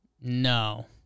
No